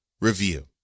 review